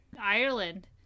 Ireland